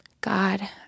God